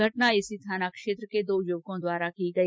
घटना इसी थाना क्षेत्र के दो युवकों द्वारा की गई